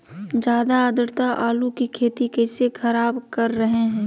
ज्यादा आद्रता आलू की खेती कैसे खराब कर रहे हैं?